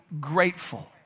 grateful